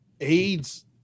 AIDS